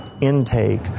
intake